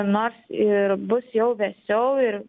nors ir bus jau vėsiau ir